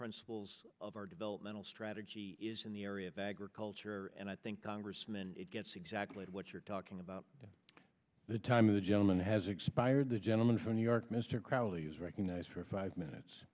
principles of our developmental strategy is in the area that grid culture and i think congressman it gets exactly what you're talking about the time of the gentleman has expired the gentleman from new york mr crowley is recognized for five minutes